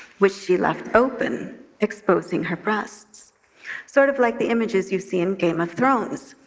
which she left open exposing her breasts sort of like the images you've seen in game of thrones.